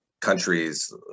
countries